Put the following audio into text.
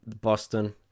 Boston